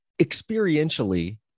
experientially